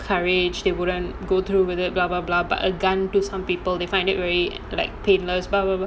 courage they wouldn't go through with it but a gun to some people they find it very like paintless